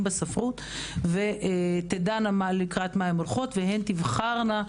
בספרות ותדענה לקראת מה הן הולכות והן תבחרנה,